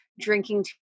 drinking